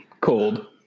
Cold